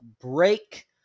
break